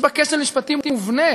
יש בה כשל משפטי מובנה.